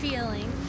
feeling